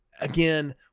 again